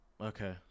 Okay